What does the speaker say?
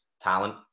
talent